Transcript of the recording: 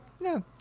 No